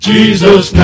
Jesus